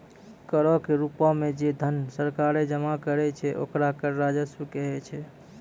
करो के रूपो मे जे धन सरकारें जमा करै छै ओकरा कर राजस्व कहै छै